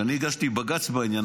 כשאני הגשתי בג"ץ בעניין,